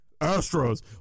Astros